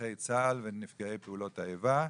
לנכי צה"ל ולנפגעי פעולות האיבה.